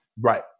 Right